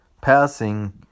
passing